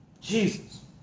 Jesus